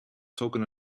talking